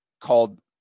called